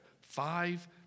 Five